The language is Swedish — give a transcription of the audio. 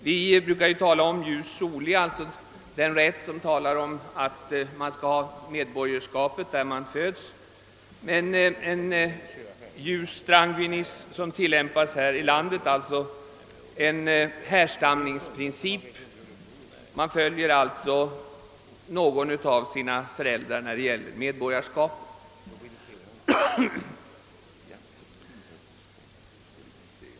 Vi brukar tala om jus soli, d.v.s. den rätt som innebär att man skall ha medborgarskap där man föds. Men en jus sanguinis, d.v.s. en härstamningsprincip, tillämpas här i landet och det betyder att man följer någon av sina föräldrar beträffande medborgarskapet.